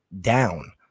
down